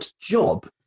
job